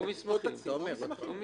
או תצהיר או מסמכים.